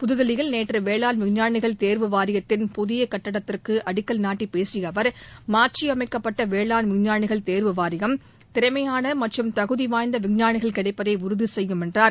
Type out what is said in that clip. புதுதில்லியில் நேற்று வேளாண் விஞ்ஞானிகள் தேர்வு வாரியத்தின் புதிய கட்டடத்திற்கு அடிக்கல் நாட்டி பேசிய அவர் மாற்றியமைக்கப்பட்ட வேளாண் விஞ்ஞானிகள் தேர்வு வாரியம் திறமையான மற்றும் தகுதிவாய்ந்த விஞ்ஞானிகள் கிடைப்பதை உறுதி செய்யும் என்றார்